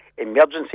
emergency